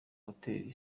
hotel